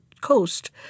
coast